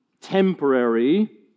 temporary